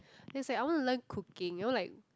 he's like I want to learn cooking you know like